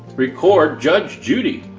record judge judy,